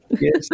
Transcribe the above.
yes